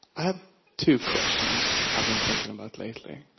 i have two questions, i've been thinking about lately.